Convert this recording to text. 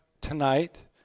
tonight